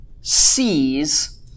sees